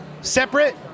separate